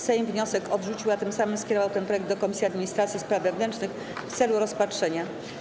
Sejm wniosek odrzucił, a tym samym skierował ten projekt ustawy do Komisji Administracji i Spraw Wewnętrznych w celu rozpatrzenia.